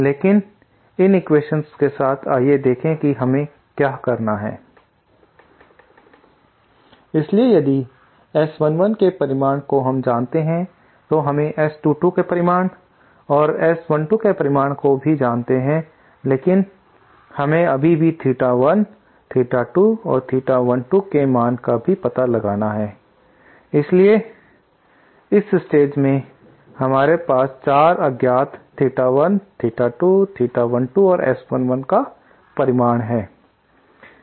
इसलिए इन एक्वेशन्स के साथ आइए देखिए कि हमें क्या करना है इसलिए यदि S11 के परिणाम को हम जानते हैं तो हमें S22 के परिमाण और S12 के परिणाम को भी जानते हैं लेकिन हमें अभी भी थीटा 1 थीटा 2 और थीटा 12 के मान का भी पता लगाना है इसलिए इस स्टेज पर हमारे पास चार अज्ञात थीटा 1 थीटा 2 थीटा 12 और S11 का परिमाण है